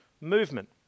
movement